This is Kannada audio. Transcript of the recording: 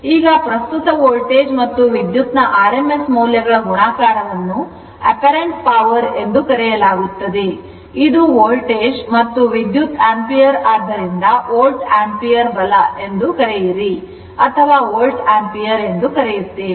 ಈಗ ಪ್ರಸ್ತುತ ವೋಲ್ಟೇಜ್ ಮತ್ತು ವಿದ್ಯುತ್ ನ rms ಮೌಲ್ಯಗಳ ಗುಣಾಕಾರವನ್ನು apparent power ಎಂದು ಕರೆಯಲಾಗುತ್ತದೆ ಇದು ವೋಲ್ಟೇಜ್ ಮತ್ತು ವಿದ್ಯುತ್ ಆಂಪಿಯರ್ ಆದ್ದರಿಂದ ವೋಲ್ಟ್ ಆಂಪಿಯರ್ ಬಲ ಎಂದು ಕರೆಯಿರಿ ಅಥವಾ ವೋಲ್ಟ್ ಆಂಪಿಯರ್ ಎಂದು ಕರೆಯುತ್ತೇವೆ